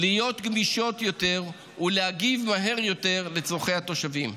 להיות גמישות יותר ולהגיב מהר יותר לצורכי התושבים.